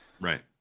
right